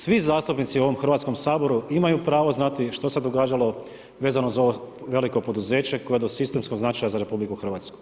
Svi zastupnici u ovom Hrvatskom saboru imaju pravo znati što se događalo vezano za ovo veliko poduzeće koje je od sistemskog značaja za RH.